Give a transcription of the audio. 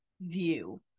view